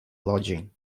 lodging